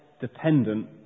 dependent